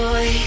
Boy